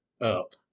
up